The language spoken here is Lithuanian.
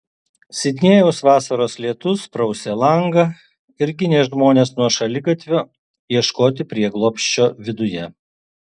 sidnėjaus vasaros lietus prausė langą ir ginė žmones nuo šaligatvio ieškoti prieglobsčio viduje